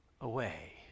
away